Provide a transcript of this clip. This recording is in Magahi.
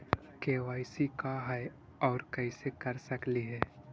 के.वाई.सी का है, और कैसे कर सकली हे?